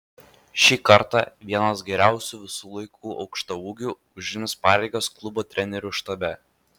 šį kartą vienas geriausių visų laikų aukštaūgių užims pareigas klubo trenerių štabe